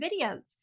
videos